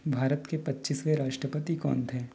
भारत के पच्चीसवें राष्ट्रपति कौन थे